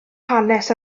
hanes